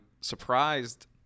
surprised